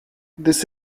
this